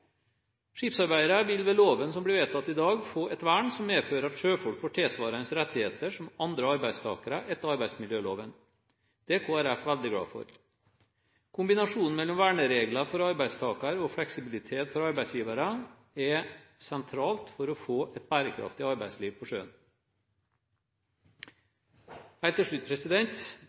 Skipsarbeidere vil ved loven som blir vedtatt i dag, få et vern som medfører at sjøfolk får tilsvarende rettigheter som andre arbeidstakere etter arbeidsmiljøloven. Det er Kristelig Folkeparti veldig glad for. Kombinasjonen mellom verneregler for arbeidstakere og fleksibilitet for arbeidsgivere er sentralt for å få et bærekraftig arbeidsliv på sjøen. Helt til slutt: